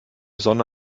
sonne